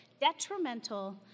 detrimental